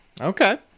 Okay